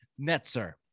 Netzer